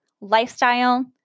lifestyle